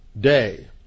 day